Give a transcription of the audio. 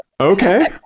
Okay